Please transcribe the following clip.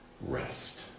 rest